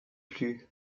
plus